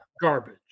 garbage